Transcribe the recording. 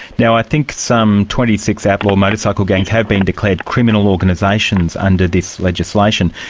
now, i think some twenty six outlaw motorcycle gangs have been declared criminal organisations under this legislation.